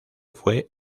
fue